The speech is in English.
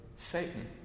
Satan